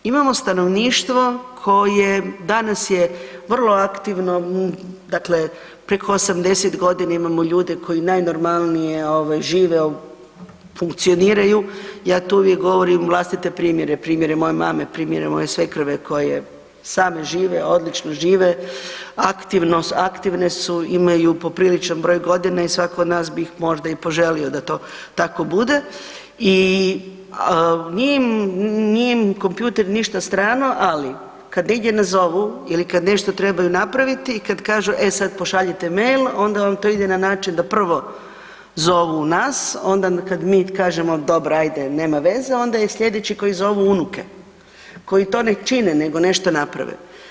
Imamo stanovništvo koje danas je vrlo aktivno, dakle preko 80 godina imamo ljude koji ovaj najnormalnije žive, funkcioniraju, ja to uvijek govorim vlastite primjere, primjere moje mame, primjere moje svekrve koje same žive, odlično žive, aktivne su, imaju popriličan broj godina i svako od nas bi možda i poželio da to tako bude i nije im kompjuter ništa strano, ali kad negdje nazovu ili kad nešto trebaju napraviti i kad kažu e sad pošaljite mail onda vam to ide na način da prvo zovu nas, onda kad mi kažemo dobro ajde nema veze onda je slijedeći koji zovu unuke, koji to ne čine nego nešto naprave.